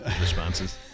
responses